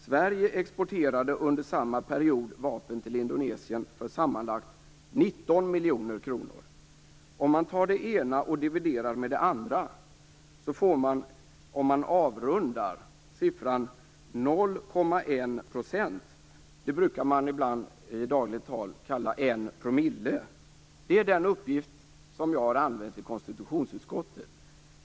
Sverige exporterade under samma period vapen till Indonesien för sammanlagt 19 miljoner kronor. Om man tar det ena och dividerar med det andra så får man, om man avrundar, siffran 0,1 %. Det brukar man i dagligt tal kalla 1 %. Det är den uppgift som jag har använt i konstitutionsutskottet.